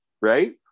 right